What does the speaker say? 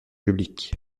public